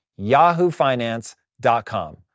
yahoofinance.com